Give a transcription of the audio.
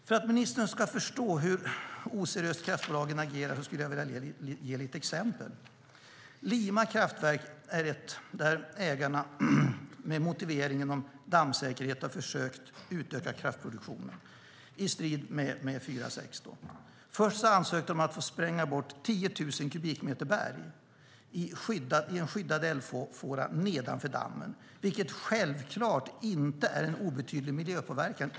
För att ministern ska förstå hur oseriöst kraftbolagen agerar skulle jag vilja ge lite exempel. Lima kraftverk är ett där ägarna med motivering om dammsäkerhet har försökt att utöka kraftproduktionen i strid med 4 kap. 6 §. Först ansökte det om att få spränga bort 10 000 kubikmeter berg i en skyddad älvfåra nedanför dammen, vilket självklart inte är en obetydlig miljöpåverkan.